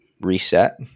reset